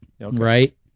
Right